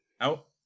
out